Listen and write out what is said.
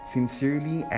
Sincerely